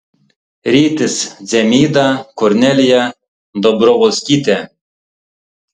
rytis dzemyda kornelija dobrovolskytė